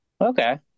Okay